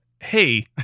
hey